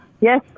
yes